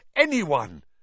Anyone